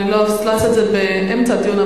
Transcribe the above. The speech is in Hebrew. אני לא אעשה את זה באמצע הדיון,